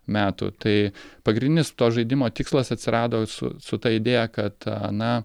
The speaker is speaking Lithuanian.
metų tai pagrindinis to žaidimo tikslas atsirado su su ta idėja kad na